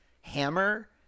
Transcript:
hammer